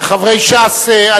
חברי ש"ס,